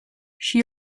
she